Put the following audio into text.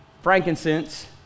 frankincense